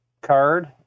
card